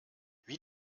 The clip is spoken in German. wie